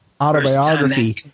autobiography